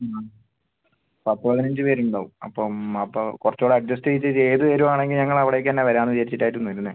പത്ത് പതിനഞ്ച് പേർ ഉണ്ടാവും അപ്പം അപ്പം കുറച്ചുകൂടെ അഡ്ജസ്റ്റ് ചെയ്തിട്ട് ചെയ്ത് തരുവാണെങ്കിൽ ഞങ്ങൾ അവിടേക്ക് തന്നെ വരാം എന്ന് വിചാരിച്ചിട്ടായിരുന്നു നിന്നത്